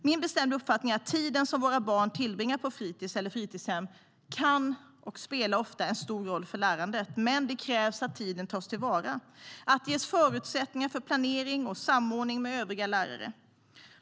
Min bestämda uppfattning är att den tid som våra barn tillbringar på fritis eller fritidshem spelar stor roll för lärandet. Men det krävs att tiden tas till vara, att det ges förutsättningar för planering och samordning med övriga lärare.